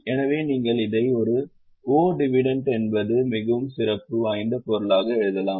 எனவே நீங்கள் இதை ஒரு 'o' டிவிடெண்ட் என்பது மிகவும் சிறப்பு வாய்ந்த பொருளாக எழுதலாம்